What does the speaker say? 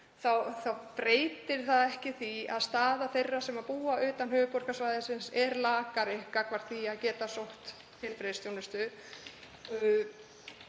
þá breytir það ekki því að staða þeirra sem búa utan höfuðborgarsvæðisins er lakari gagnvart því að geta sótt þjónustu.